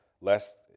lest